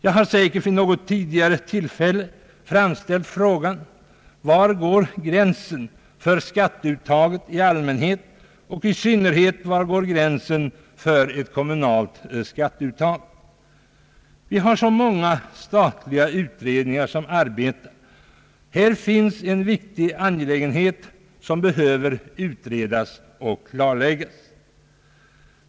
Jag har säkert vid något tidigare tillfälle framställt frågan, var gränsen går för skatteuttaget i allmänhet och i synnerhet för ett kommunalt skatteuttag. Vi har så många statliga utredningar som arbetar, och här finns en viktig angelägenhet som behöver utredas och klarläggas.